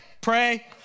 Pray